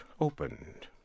opened